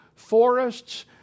forests